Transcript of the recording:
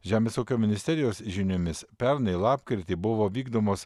žemės ūkio ministerijos žiniomis pernai lapkritį buvo vykdomos